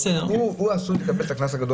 בעל החנות עשוי לקבל את הקנס הגדול